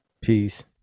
Peace